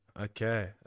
okay